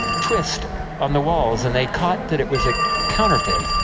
twist on the walls, and they caught that it was a counterfeit,